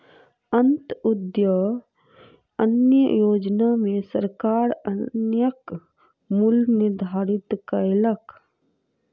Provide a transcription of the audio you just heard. अन्त्योदय अन्न योजना में सरकार अन्नक मूल्य निर्धारित कयलक